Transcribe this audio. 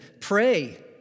pray